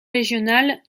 régionales